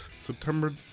September